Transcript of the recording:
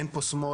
אין פה שמאל,